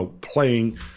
playing